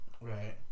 Right